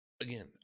again